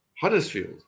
Huddersfield